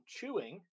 chewing